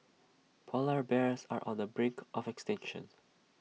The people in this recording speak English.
Polar Bears are on the brink of extinction